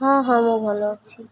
ହଁ ହଁ ମୁଁ ଭଲ ଅଛି